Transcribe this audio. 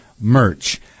merch